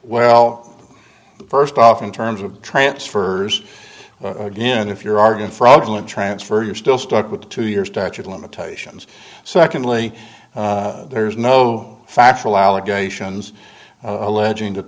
well first off in terms of transfers again if you're arguing fraudulent transfer you're still stuck with a two year statute of limitations secondly there's no factual allegations alleging that